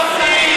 נא להירגע.